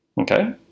Okay